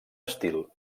estil